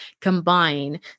combine